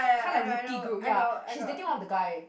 kind of rookie group ya she's taking on the guy